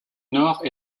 nord